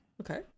Okay